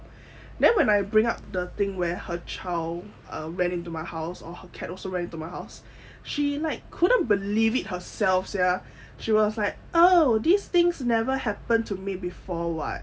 then when I bring up the thing where her child um went into my house or her cat also ran into my house she like couldn't believe it herself sia she was like oh these things never happened to me before [what]